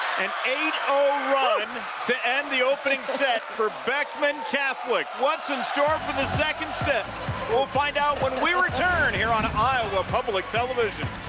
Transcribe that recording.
and eight zero run to end the opening set for beckman catholic what's and store for the second step we'll find out when we return here on iowa public television.